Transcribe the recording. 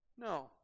No